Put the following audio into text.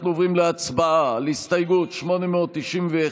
אנחנו עוברים להצבעה על הסתייגות 891,